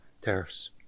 tariffs